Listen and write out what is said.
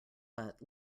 but